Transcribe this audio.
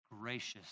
gracious